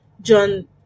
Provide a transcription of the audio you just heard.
John